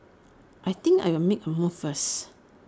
I think I'll make A move first